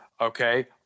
okay